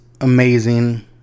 amazing